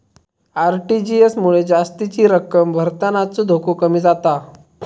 RTGS मुळे जास्तीची रक्कम भरतानाचो धोको कमी जाता